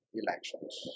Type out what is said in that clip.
elections